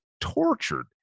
tortured